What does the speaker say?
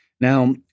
Now